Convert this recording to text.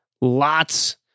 lots